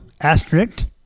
Asterisk